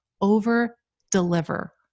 Over-deliver